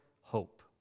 hope